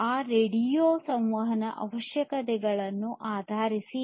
ಆ ರೇಡಿಯೋ ಸಂವಹನ ಅವಶ್ಯಕತೆಗಳನ್ನು ಆಧಾರಿಸಿದೆ